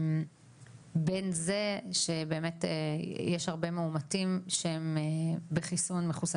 בין זה שבאמת יש הרבה מאומתים מחוסנים